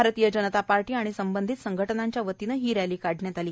भारतीय जनता पार्टी आणि संबंधित संघटनांच्या वतीनं ही रॅली काढण्यात आली